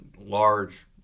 large